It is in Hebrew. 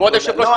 כבוד היושב-ראש,